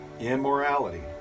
immorality